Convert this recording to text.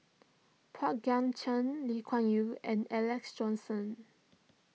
Pang Guek Cheng Lee Kuan Yew and Alex Johnson